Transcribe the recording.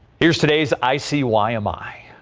here's today's i see why am i.